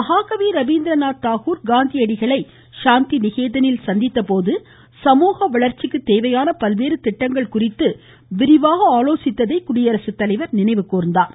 மகாகவி ரபீந்திரநாத் தாகூர் காந்தியடிகளை ஷாந்திநிகேதனில் சந்தித்தபோது சமூக வளர்ச்சிக்கு தேவையான பல்வேறு திட்டங்கள் குறித்து விரிவாக ஆலோசித்ததை குடியரசுத் தலைவர் நினைவு கூர்ந்தார்